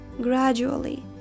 gradually